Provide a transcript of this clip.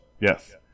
Yes